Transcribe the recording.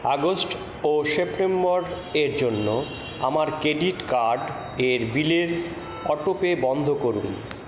August ও September এর জন্য আমার ক্রেডিট কার্ড এর বিলের অটোপে বন্ধ করুন